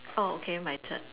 oh okay my turn